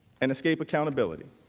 an escape accountability